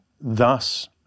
thus